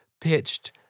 pitched